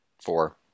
Four